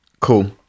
Cool